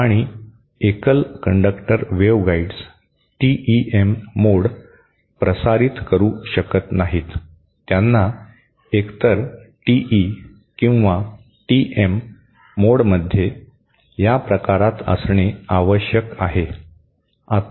आणि एकल conductor waveguides TEM mode प्रसारित करू शकत नाहीत त्यांना एकतर टीई किंवा टीएम मोडमध्ये याप्रकारात असणे आवश्यक आहे